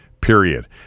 period